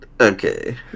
okay